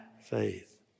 faith